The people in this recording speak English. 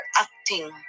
acting